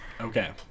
Okay